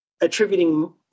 attributing